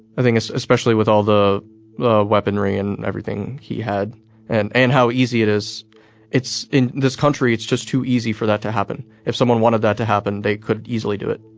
think especially with all the the weaponry and everything he had and and how easy it is it's in this country, it's just too easy for that to happen. if someone wanted that to happen, they could easily do it